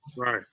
right